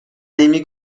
نمی